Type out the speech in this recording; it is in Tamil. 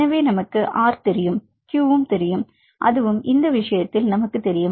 எனவே R நமக்குத் தெரியும் q அதுவும் இந்த விஷயத்தில் நமக்குத் தெரியும்